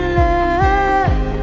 love